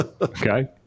Okay